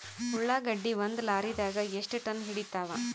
ಉಳ್ಳಾಗಡ್ಡಿ ಒಂದ ಲಾರಿದಾಗ ಎಷ್ಟ ಟನ್ ಹಿಡಿತ್ತಾವ?